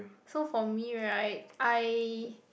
so for me right I